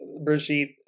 Brigitte